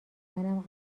منم